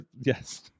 Yes